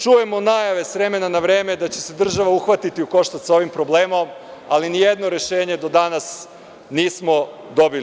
Čujemo najave s vremena na vreme da će se država uhvatiti u koštac sa ovim problemom, ali nijedno rešenje do danas nismo dobili.